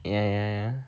ya ya ya